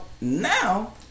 now